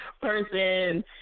person